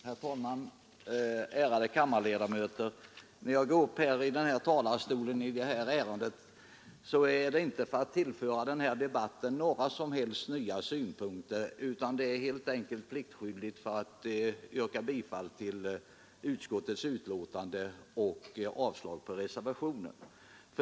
Herr talman! Ärade kammarledamöter! När jag går upp i talarstolen i detta ärende är det inte för att tillföra den här debatten några som helst nya synpunkter, utan jag gör det helt enkelt för att pliktskyldigast yrka bifall till utskottets hemställan och avslag på reservationen.